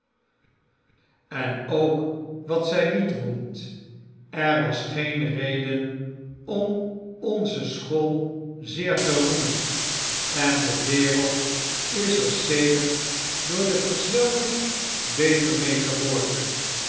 en ook wat zy niet roemt er was geen reden om onze school zeer te roemen en de wereld is er sedert door de verzwelging beter mee geworden